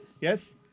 Yes